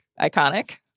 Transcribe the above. iconic